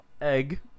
egg